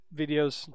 videos